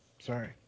Sorry